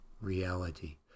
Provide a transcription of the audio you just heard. reality